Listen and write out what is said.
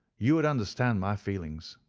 you would understand my feelings.